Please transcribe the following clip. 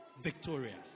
Victoria